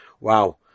Wow